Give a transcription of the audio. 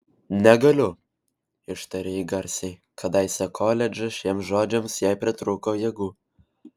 negaliu ištarė ji garsiai kadaise koledže šiems žodžiams jai pritrūko jėgų